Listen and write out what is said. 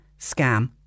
scam